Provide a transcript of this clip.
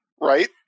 right